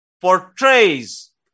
portrays